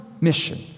mission